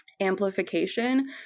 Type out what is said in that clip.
amplification